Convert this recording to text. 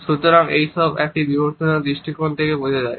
সুতরাং এই সব একটি বিবর্তনীয় দৃষ্টিকোণ থেকে বোঝা যায়